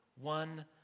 one